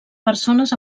persones